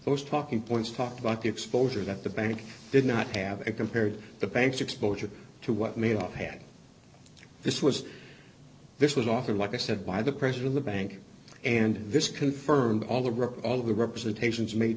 those talking points talked about the exposure that the bank did not have and compared the bank's exposure to what made offhand this was this was offered like i said by the president the bank and this confirmed all the broke all of the representations made